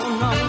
no